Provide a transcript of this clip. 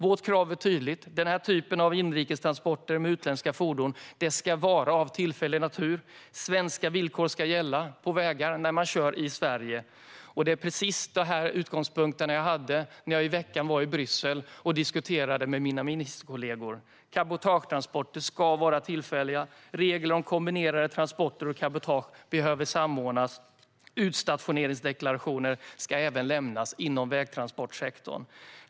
Våra krav är tydliga: Sådana inrikestransporter med utländska fordon ska vara av tillfällig natur, och svenska villkor ska gälla på vägar när man kör i Sverige. Just denna utgångspunkt hade jag när jag i veckan var i Bryssel och diskuterade med mina ministerkollegor. Cabotagetransporter ska vara tillfälliga. Regler om kombinerade transporter och cabotage behöver samordnas. Utstationeringsdeklarationer ska lämnas även inom vägtransportsektorn.